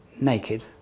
naked